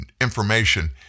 information